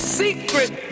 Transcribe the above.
secret